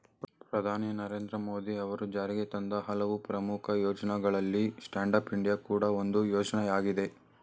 ಪ್ರಧಾನಿ ನರೇಂದ್ರ ಮೋದಿ ಅವರು ಜಾರಿಗೆತಂದ ಹಲವು ಪ್ರಮುಖ ಯೋಜ್ನಗಳಲ್ಲಿ ಸ್ಟ್ಯಾಂಡ್ ಅಪ್ ಇಂಡಿಯಾ ಕೂಡ ಒಂದು ಯೋಜ್ನಯಾಗಿದೆ